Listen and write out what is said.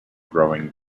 growing